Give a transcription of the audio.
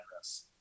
address